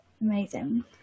Amazing